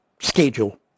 schedule